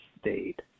state